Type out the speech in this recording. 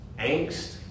angst